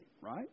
Right